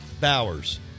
Bowers